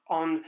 on